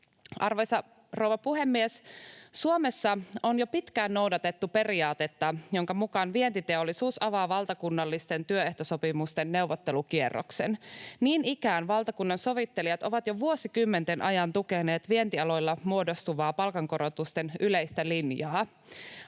Arvoisa rouva puhemies! Suomessa on jo pitkään noudatettu periaatetta, jonka mukaan vientiteollisuus avaa valtakunnallisten työehtosopimusten neuvottelukierroksen. Niin ikään valtakunnansovittelijat ovat jo vuosikymmenten ajan tukeneet vientialoilla muodostuvaa palkankorotusten yleistä linjaa.